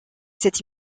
cette